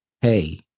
hey